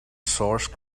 source